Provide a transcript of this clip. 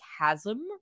chasm